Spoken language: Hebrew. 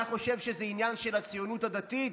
אתה חושב שזה עניין של הציונות הדתית?